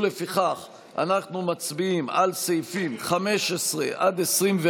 לפיכך אנחנו מצביעים על סעיפים 15 24,